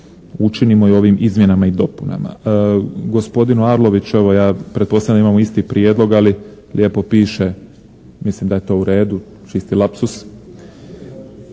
učinimo i ovim izmjenama i dopunama. Gospodinu Arloviću, evo ja pretpostavljam da imamo isti prijedlog, ali lijepo piše mislim da je to u redu čisti lapsus,